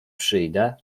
przyjdę